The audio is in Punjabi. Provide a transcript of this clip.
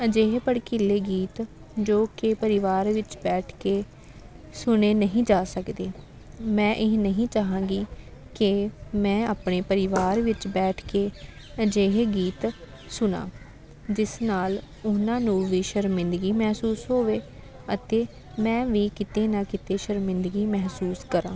ਅਜਿਹੇ ਭੜਕੀਲੇ ਗੀਤ ਜੋ ਕਿ ਪਰਿਵਾਰ ਵਿੱਚ ਬੈਠ ਕੇ ਸੁਣੇ ਨਹੀਂ ਜਾ ਸਕਦੇ ਮੈਂ ਇਹ ਨਹੀਂ ਚਾਹਾਂਗੀ ਕਿ ਮੈਂ ਆਪਣੇ ਪਰਿਵਾਰ ਵਿੱਚ ਬੈਠ ਕੇ ਅਜਿਹੇ ਗੀਤ ਸੁਣਾ ਜਿਸ ਨਾਲ ਉਹਨਾਂ ਨੂੰ ਵੀ ਸ਼ਰਮਿੰਗਦੀ ਮਹਿਸੂਸ ਹੋਵੇ ਅਤੇ ਮੈਂ ਵੀ ਕਿਤੇ ਨਾ ਕਿਤੇ ਸ਼ਰਮਿੰਦਗੀ ਮਹਿਸੂਸ ਕਰਾਂ